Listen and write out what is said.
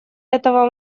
этого